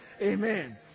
Amen